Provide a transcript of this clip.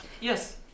Yes